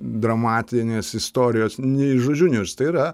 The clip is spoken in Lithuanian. dramatinės istorijos nei žodžiu neuž tai yra